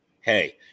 hey